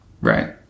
right